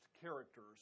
characters